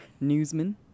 newsman